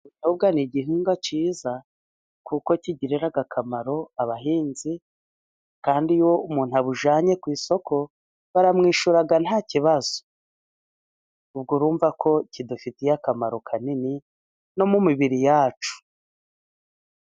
Ubunyobwa ni igihingwa cyiza kuko kigirira akamaro abahinzi kandi iyo umuntu abujyanye ku isoko baramwishyura nta kibazo. Ubwo urumva ko kidufiye akamaro kanini no mu mibiri yacu.